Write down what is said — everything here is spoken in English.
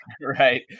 Right